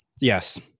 yes